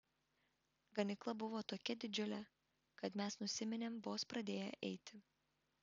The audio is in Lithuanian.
ganykla buvo tokia didžiulė kad mes nusiminėm vos pradėję eiti